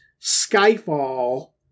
Skyfall